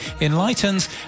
enlightens